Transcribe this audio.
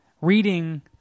reading